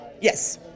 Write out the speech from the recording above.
Yes